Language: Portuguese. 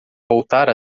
voltar